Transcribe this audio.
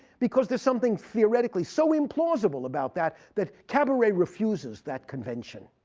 because there's something theoretically so implausible about that, that cabaret refuses that convention.